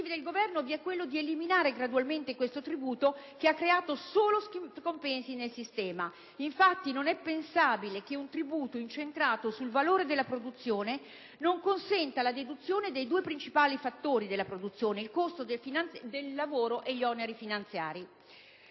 obiettivi del Governo vi è quello di eliminare gradualmente questo tributo che ha creato solo scompensi nel sistema. Infatti, non è pensabile che un tributo incentrato sul valore della produzione non consenta la deduzione dei due principali fattori della produzione: il costo del lavoro e gli oneri finanziari.